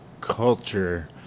culture